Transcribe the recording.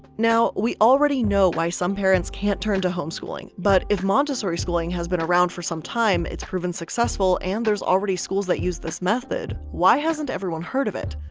now we already know why some parents can't turn to homeschooling, but if montessori schooling, has been around for some time, it's proven successful and there's already schools that use this method why hasn't heard of it?